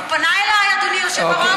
הוא פנה אלי, אדוני היושב-ראש.